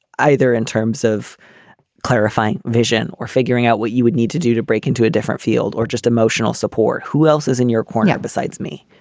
either in terms of clarifying vision or figuring out what you would need to do to break into a different field or just emotional support. who else is in your corner besides me?